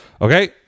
Okay